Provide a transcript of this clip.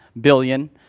billion